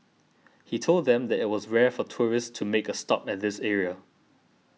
he told them that it was rare for tourists to make a stop at this area